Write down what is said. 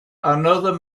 another